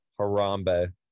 Harambe